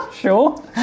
Sure